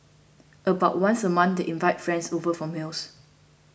about once a month they invite friends over for meals